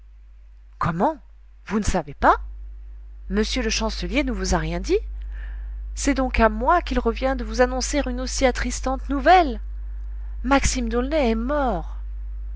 comment vous ne savez pas m le chancelier ne vous a rien dit c'est donc à moi qu'il revient de vous annoncer une aussi attristante nouvelle maxime d'aulnay est mort